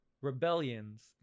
rebellions